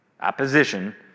Opposition